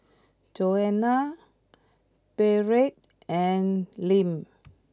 Joanna Beatrice and Lim